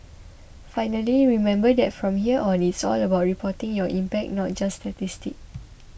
finally remember that from here on it's all about reporting your impact not just statistics